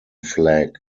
flag